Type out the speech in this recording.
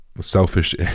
selfish